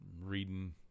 reading